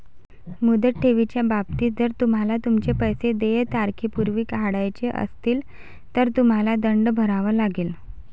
मुदत ठेवीच्या बाबतीत, जर तुम्हाला तुमचे पैसे देय तारखेपूर्वी काढायचे असतील, तर तुम्हाला दंड भरावा लागेल